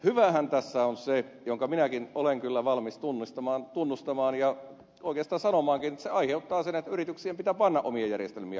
hyväähän tässä on se minkä minäkin olen kyllä valmis tunnustamaan ja oikeastaan sanomaankin että se aiheuttaa sen että yrityksien pitää panna omia järjestelmiään kuntoon